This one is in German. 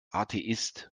atheist